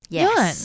Yes